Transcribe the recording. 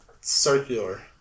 circular